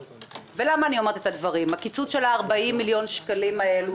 למה אני אומרת זאת כי הקיצוץ של ה-40 מיליון שקלים האלה,